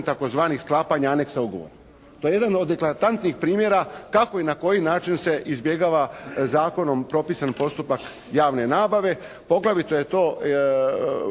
tzv. sklapanja anexa ugovora. To je jedan od …/Govornik se ne razumije./… primjera kako i na koji način se izbjegava zakonom propisani postupak javne nabave. Poglavito je to